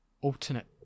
alternate